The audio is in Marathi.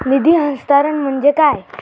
निधी हस्तांतरण म्हणजे काय?